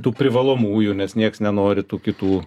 tų privalomųjų nes nieks nenori tų kitų